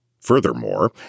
Furthermore